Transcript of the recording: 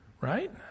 right